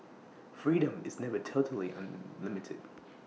freedom is never totally unlimited